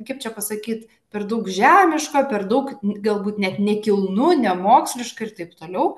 kaip čia pasakyt per daug žemiška per daug galbūt net nekilnu nemoksliška ir taip toliau